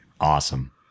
Awesome